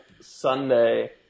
Sunday